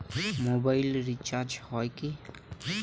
Mobile recharge হয় কি?